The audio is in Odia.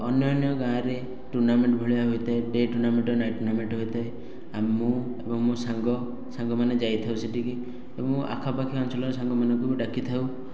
ଅନ୍ୟାନ୍ୟ ଗାଁରେ ଟୁର୍ନାମେଣ୍ଟ ଭଳିଆ ହୋଇଥାଏ ଡେ ଟୁର୍ନାମେଣ୍ଟ ଆଉ ନାଇଟ ଟୁର୍ନାମେଣ୍ଟ ହୋଇଥାଏ ଆଉ ମୁଁ ଏବଂ ମୋ ସାଙ୍ଗ ସାଙ୍ଗମାନେ ଯାଇଥାଉ ସେଠିକି ଏବଂ ଆଖାପାଖି ଅଞ୍ଚଳର ସାଙ୍ଗମାନଙ୍କୁ ବି ଡାକିଥାଉ